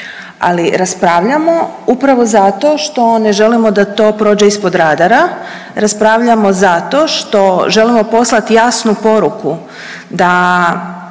Ali raspravljamo upravo zato što ne želimo da to prođe ispod radara, raspravljamo zato što želimo poslati jasnu poruku da